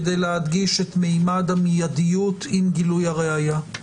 כדי להדגיש את ממד המיידיות עם גילוי הראיה.